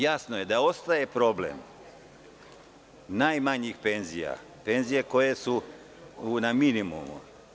Jasno je da ostaje problem najmanjihpenzija, penzija koje su na minimumu.